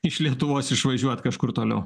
iš lietuvos išvažiuot kažkur toliau